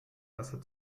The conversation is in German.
besser